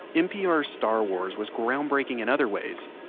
npr's star wars was groundbreaking in other ways.